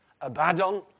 Abaddon